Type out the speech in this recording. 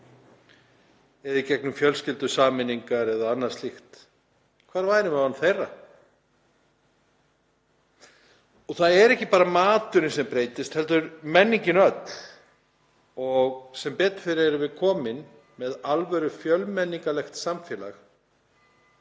eða í gegnum fjölskyldusameiningar eða annað slíkt. Hvar værum við án þeirra? Það er ekki bara maturinn sem breytist heldur menningin öll. Sem betur fer erum við komin með alvöru fjölmenningarlegt samfélag